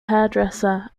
hairdresser